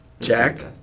Jack